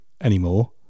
anymore